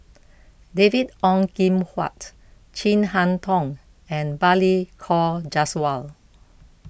David Ong Kim Huat Chin Harn Tong and Balli Kaur Jaswal